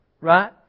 Right